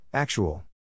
Actual